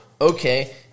okay